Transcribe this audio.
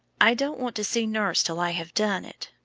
i don't want to see nurse till i have done it.